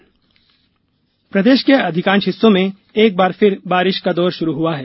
मौसम प्रदेष के अधिकांष हिस्सों में एक बार फिर बारिश का दौर शुरू हुआ है